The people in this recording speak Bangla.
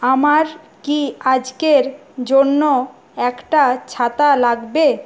আমার কি আজকের জন্য একটা ছাতা লাগবে